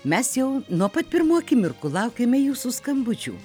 mes jau nuo pat pirmų akimirkų laukiame jūsų skambučių